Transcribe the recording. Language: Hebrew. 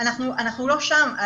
לא שם.